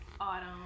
autumn